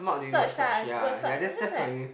searched lah word search I'm just like